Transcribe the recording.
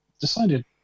decided